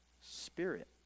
spirit